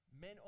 men